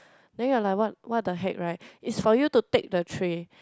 then you're like what what the heck right it's for you to take the tray